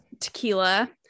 tequila